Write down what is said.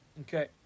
Okay